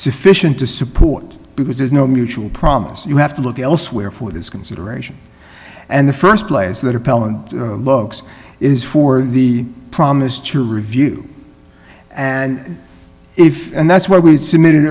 sufficient to support because there's no mutual promise you have to look elsewhere for this consideration and the st place that appellant looks is for the promise to review and if and that's why we submitted